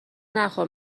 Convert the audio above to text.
نخور